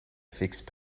fixed